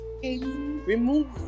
remove